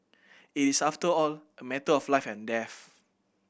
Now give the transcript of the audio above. it is after all a matter of life and death